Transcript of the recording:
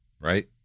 Right